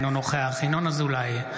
אינו נוכח ינון אזולאי,